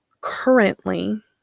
currently